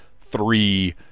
three